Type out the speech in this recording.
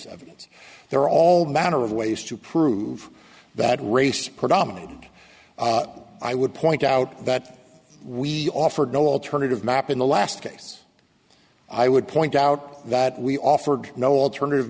so there are all manner of ways to prove that race predominate and i would point out that we offered no alternative map in the last case i would point out that we offered no alternative